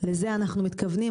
לזה אנחנו מתכוונים,